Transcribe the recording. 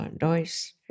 noise